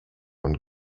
und